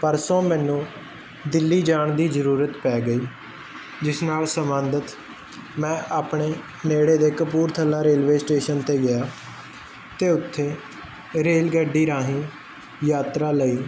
ਪਰਸੋਂ ਮੈਨੂੰ ਦਿੱਲੀ ਜਾਣ ਦੀ ਜਰੂਰਤ ਪੈ ਗਈ ਜਿਸ ਨਾਲ ਸਬੰਧਤ ਮੈਂ ਆਪਣੇ ਨੇੜੇ ਦੇ ਕਪੂਰਥਲਾ ਰੇਲਵੇ ਸਟੇਸ਼ਨ ਤੇ ਗਿਆ ਤੇ ਉੱਥੇ ਰੇਲ ਗੱਡੀ ਰਾਹੀਂ ਯਾਤਰਾ ਲਈ